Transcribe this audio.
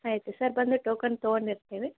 ಆಯಿತು ಸರ್ ಬಂದು ಟೋಕನ್ ತೊಗೊಂಡಿರ್ತೀವಿ